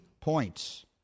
points